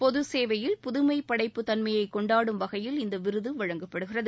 பொது சேவையில் புதுமை படைப்பு தன்மையை கொண்டாடும் வகையில் இந்த விருது வழங்கப்படுகிறது